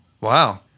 Wow